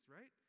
right